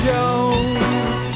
Jones